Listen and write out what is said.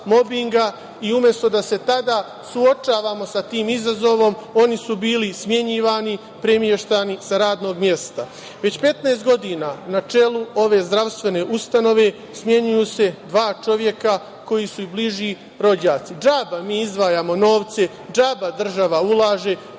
i umesto da se tada suočavamo sa tim izazovom, oni su bili smenjivani i premeštani sa radnog mesta. Već 15 godina na čelu ove zdravstvene ustanove smenjuju se dva čoveka koji su i bliži rođaci. Džaba mi izdvajamo novce, džaba država ulaže,